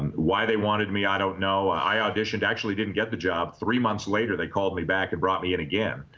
and why they wanted me i don't know i auditioned actually didn't get the job three months later they called me back it and brought me and again